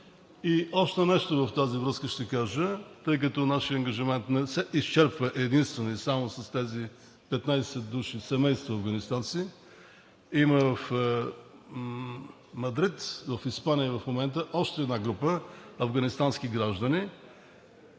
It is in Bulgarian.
И още нещо в тази връзка ще кажа. Тъй като нашият ангажимент не се изчерпва единствено и само с тези 15 души семейство афганистанци, има в Мадрид, в Испания в момента още една група афганистански граждани,